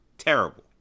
Terrible